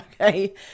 okay